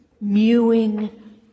mewing